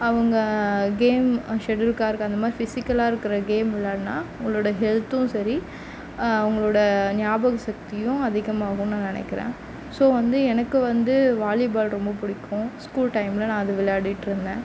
அவங்க game shuttle cork அந்தமாதிரி ஃபிசிக்கலாக இருக்கிற கேம் விளாடினா அவங்களோட ஹெல்த்தும் சரி அவங்களோட ஞாபக சக்தியும் அதிகமாகும்னு நான் நினைக்கிறேன் ஸோ வந்து எனக்கு வந்து வாலிபால் ரொம்ப பிடிக்கும் ஸ்கூல் டைமில் நான் அது விளாடிகிட்ருந்தேன்